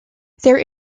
there